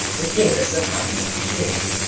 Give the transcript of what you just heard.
which is the fun bit? yes.